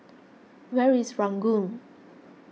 where is Ranggung